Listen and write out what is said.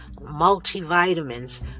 multivitamins